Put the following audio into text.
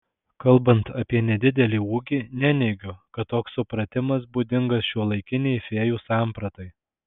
kalbant apie nedidelį ūgį neneigiu kad toks supratimas būdingas šiuolaikinei fėjų sampratai